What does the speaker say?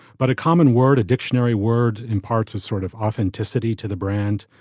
but a common word, a dictionary word, imparts a sort of authenticity to the brand,